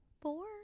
four